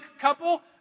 couple